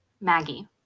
Maggie